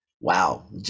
wow